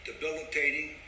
debilitating